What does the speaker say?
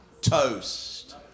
toast